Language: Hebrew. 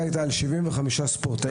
הייתה גם על 25 ספורטאים בני הפריפריה.